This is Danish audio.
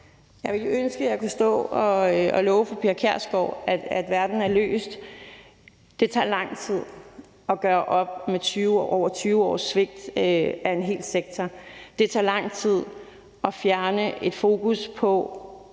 Jeg ville ønske, at jeg kunne stå og love fru Pia Kjærsgaard, at verdens problemer er løst. Det tager lang tid at gøre op med over 20 års svigt af en hel sektor. Det tager lang tid at gøre op